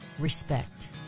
Respect